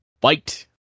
fight